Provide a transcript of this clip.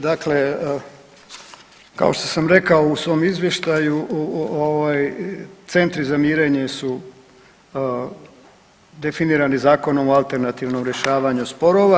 Dakle, kao što sam rekao u svom izvještaju centri za mirenje su definirani Zakonom o alternativnom rješavanju sporova.